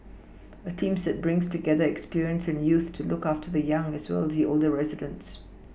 a team that brings together experience and youth to look after the young as well as the older residents